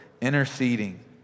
interceding